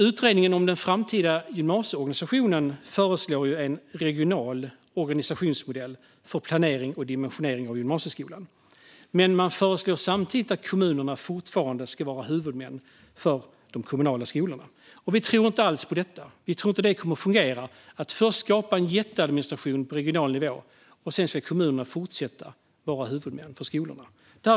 Utredningen om den framtida gymnasieorganisationen föreslår en regional organisationsmodell för planering och dimensionering av gymnasieskolan men också att kommunerna fortfarande ska vara huvudmän för de kommunala skolorna. Vi tror inte alls på detta. Vi tror inte att det kommer att fungera att skapa en jätteadministration på regional nivå medan kommunerna ska fortsätta vara huvudmän för de kommunala skolorna.